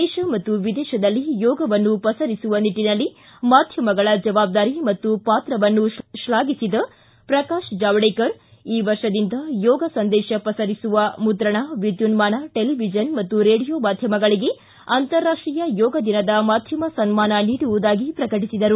ದೇತ ಮತ್ತು ವಿದೇತದಲ್ಲಿ ಯೋಗವನ್ನು ಪಸರಿಸುವ ನಿಟ್ಟನಲ್ಲಿ ಮಾಧ್ಯಮಗಳ ಜವಾಬ್ದಾರಿ ಮತ್ತು ಪಾತ್ರವನ್ನು ಶ್ಲಾಘಿಸಿದ ಅವರು ಈ ವರ್ಷದಿಂದ ಯೋಗ ಸಂದೇಶ ಪಸರಿಸುವ ಮುದ್ರಣ ವಿದ್ಯುನ್ದಾನ ಚೆಲಿವಿಷನ್ ಮತ್ತು ರೆಡಿಯೋ ಮಾಧ್ಯಮಗಳಿಗೆ ಅಂತಾರಾಷ್ಟೀಯ ಯೋಗ ದಿನದ ಮಾಧ್ಯಮ ಸನ್ಮಾನ ನೀಡುವುದಾಗಿ ಪ್ರಕಟಿಸಿದರು